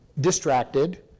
distracted